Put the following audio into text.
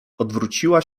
odwróciła